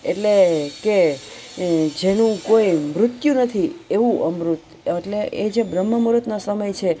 એટલે કે જેનું કોઈ મૃત્યુ નથી એવું અમૃત એટલે એ જે બ્રહ્મ મૂરતનો સમય છે